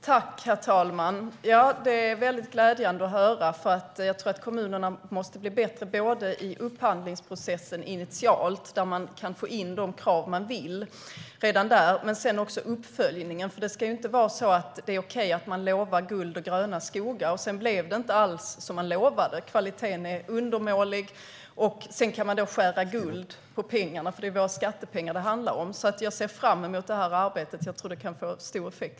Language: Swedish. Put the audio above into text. Herr talman! Det är glädjande att höra. Kommunerna måste bli bättre initialt i upphandlingsprocessen så att de kan få in de krav de ställer och sedan i uppföljningen. Det ska inte vara så att det är okej att lova guld och gröna skogar, och sedan blir det inte alls som lovat. Kvaliteten är undermålig, och sedan kan bolaget skära guld med täljkniv. Det handlar om våra skattepengar. Jag ser fram emot arbetet. Det kan få stor effekt.